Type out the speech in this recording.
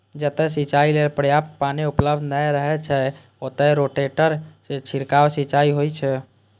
जतय सिंचाइ लेल पर्याप्त पानि उपलब्ध नै रहै छै, ओतय रोटेटर सं छिड़काव सिंचाइ होइ छै